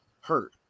hurt